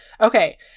okay